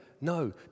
No